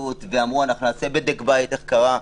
ואמרו: נעשה בדק בית איך זה קרה.